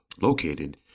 located